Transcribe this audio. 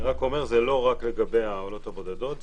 אני רק אומר, זה לא רק לגבי העולות הבודדות.